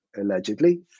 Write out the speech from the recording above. allegedly